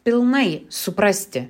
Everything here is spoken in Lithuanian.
pilnai suprasti